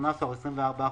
24 חודשים,